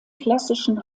klassischen